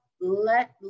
let